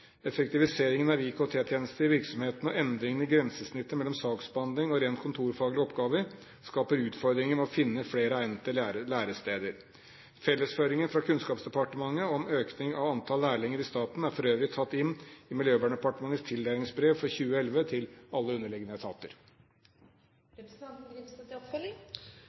Effektiviseringen av IKT-tjenester i virksomhetene og endringene i grensesnittet mellom saksbehandling og rent kontorfaglige oppgaver skaper utfordringer med å finne flere egnede læresteder. Fellesføringen fra Kunnskapsdepartementet om en økning av antall lærlinger i staten er for øvrig tatt inn i Miljøverndepartementets tildelingsbrev for 2011 til alle underliggende etater.